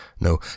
No